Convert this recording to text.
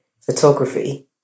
photography